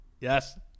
Yes